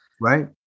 Right